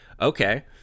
okay